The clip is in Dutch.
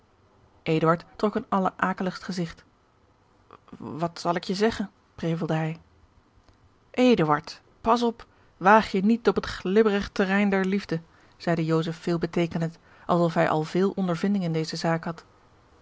trok een allerakeligst gezigt wat zal ik je zeggen prevelde hij george een ongeluksvogel eduard pas op waag je niet op het glibberig terrein der liefde zeide joseph veelbeteekenend alsof hij al veel ondervinding in deze zaak had